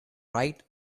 right